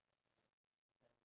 ya